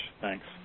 Thanks